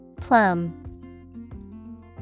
Plum